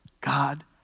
God